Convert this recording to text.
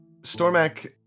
Stormak